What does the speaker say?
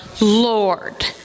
Lord